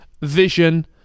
vision